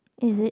is it